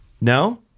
No